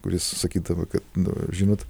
kuris sakydavo kad nu žinot